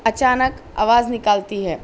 اچانک آواز نکالتی ہے